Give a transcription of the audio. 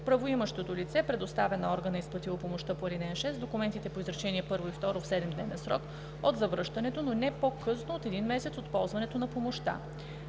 Правоимащото лице предоставя на органа, изплатил помощта по ал. 6, документите по изречение първо и второ в 7-дневен срок от завръщането, но не по-късно от един месец от ползването на помощта.